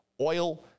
oil